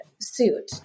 suit